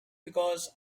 because